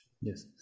Yes